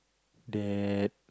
that